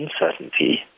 uncertainty